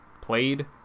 played